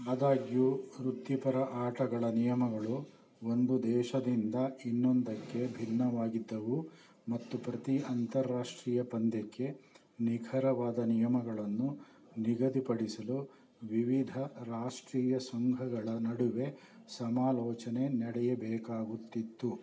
ಆದಾಗ್ಯೂ ವೃತ್ತಿಪರ ಆಟಗಳ ನಿಯಮಗಳು ಒಂದು ದೇಶದಿಂದ ಇನ್ನೊಂದಕ್ಕೆ ಭಿನ್ನವಾಗಿದ್ದವು ಮತ್ತು ಪ್ರತಿ ಅಂತಾರಾಷ್ಟ್ರೀಯ ಪಂದ್ಯಕ್ಕೆ ನಿಖರವಾದ ನಿಯಮಗಳನ್ನು ನಿಗದಿಪಡಿಸಲು ವಿವಿಧ ರಾಷ್ಟ್ರೀಯ ಸಂಘಗಳ ನಡುವೆ ಸಮಾಲೋಚನೆ ನಡೆಯಬೇಕಾಗುತ್ತಿತ್ತು